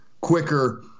quicker